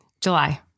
July